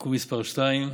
(תיקון מס' 2),